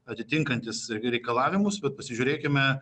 atitinkantys reikalavimus bet pasižiūrėkime